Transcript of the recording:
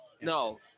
No